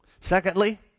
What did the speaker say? Secondly